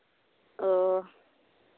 ᱚᱸᱻ